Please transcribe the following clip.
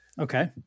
Okay